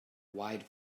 wide